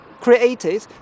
created